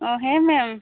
ᱚ ᱦᱮᱸ ᱦᱮᱸ